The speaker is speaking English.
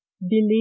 believe